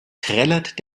trällert